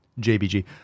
JBG